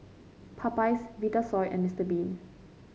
Popeyes Vitasoy and Mister Bean